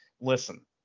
listen